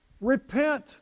repent